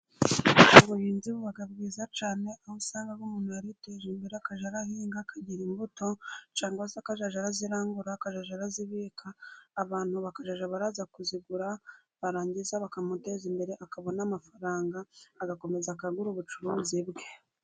Ubuhinzi buba bwiza cyane, aho usanga umuntu yariteje imbere, akajya arahinga, akagira imbuto, cyangwa akazajya azirangura, akajya arazibika abantu bakajya baza kuzigura barangiza bakamuteza imbere, akabona amafaranga agakomeza akagura ubucuruzi bwe.